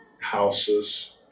houses